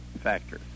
factor